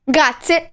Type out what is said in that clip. Grazie